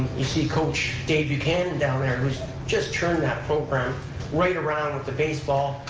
you see coach dave buchanan down there who's just turned that program right around with the baseball,